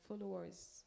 followers